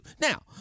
Now